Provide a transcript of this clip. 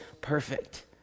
perfect